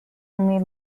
only